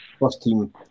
first-team